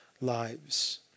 lives